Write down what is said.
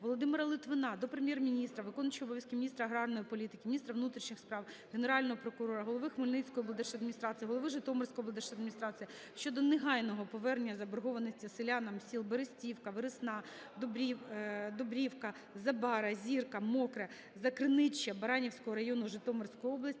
Володимира Литвина до Прем'єр-міністра, Виконуючого обов’язки міністра аграрної політики, міністра внутрішніх справ, Генерального прокурора, голови Хмельницької облдержадміністрації, голови Житомирської облдержадміністрації щодо негайного повернення заборгованості селянам сіл Берестівка, Вересна, Дубрівка, Забара, Зірка, Мокре, Закриничча Баранівського району Житомирської області